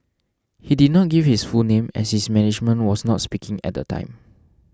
he did not give his full name as his management was not speaking at the time